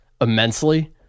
immensely